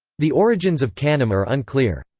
the origins of kanem are unclear.